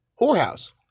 whorehouse